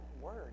word